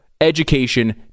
education